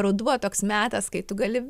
ruduo toks metas kai tu gali